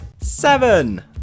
seven